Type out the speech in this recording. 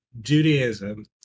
judaism